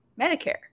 Medicare